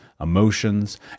emotions